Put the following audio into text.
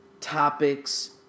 topics